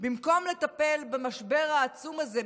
במקום לטפל במשבר העצום הזה,